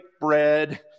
bread